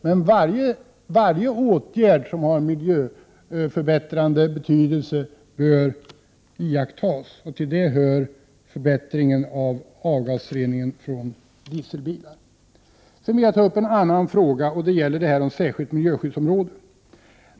Men varje åtgärd som har miljöförbättrande 31 betydelse bör iakttas, och till detta hör förbättringen av avgasrening när det gäller dieseldrivna fordon. En annan fråga gäller detta med särskilt miljöskyddsområde.